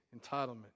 entitlement